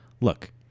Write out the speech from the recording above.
Look